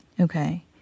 Okay